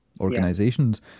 organizations